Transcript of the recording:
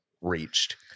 reached